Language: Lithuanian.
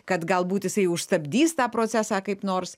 kad galbūt jisai užstabdys tą procesą kaip nors